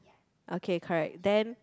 okay correct then